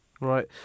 Right